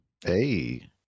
Hey